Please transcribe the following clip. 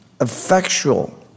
effectual